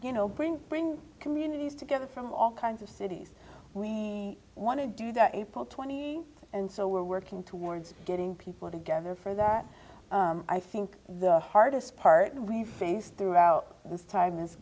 you know bring bring communities together from all kinds of cities we want to do that april twenty and so we're working towards getting people together for that i think the hardest part we face throughout this time